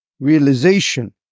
Realization